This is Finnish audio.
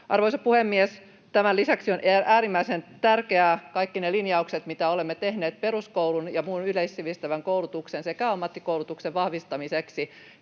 Arvoisa puhemies! Tämän lisäksi ovat äärimmäisen tärkeitä kaikki ne linjaukset, mitä olemme tehneet peruskoulun ja muun yleissivistävän koulutuksen sekä ammattikoulutuksen vahvistamiseksi,